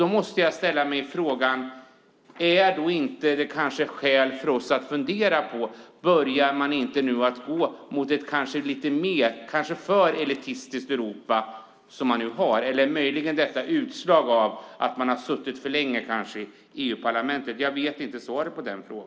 Då måste jag ställa mig frågan om det kanske inte finns skäl för oss att fundera på om man inte nu börjar gå mot ett mer eller kanske ett alltför elitistiskt Europa eller om det hela möjligen är ett utslag av att man har suttit för länge i Europaparlamentet. Jag vet inte svaret på det.